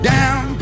Down